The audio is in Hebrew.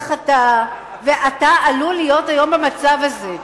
ודחתה, ודחתה, ואתה עלול להיות היום במצב הזה.